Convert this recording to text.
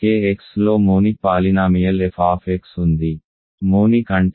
కాబట్టి kx లో monic polynomial f ఉంది మోనిక్ అంటే ఏమిటి